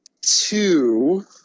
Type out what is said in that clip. two